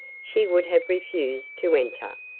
she would have refused to enter.